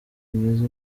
mwiza